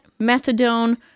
methadone